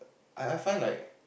I I find like